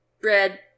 bread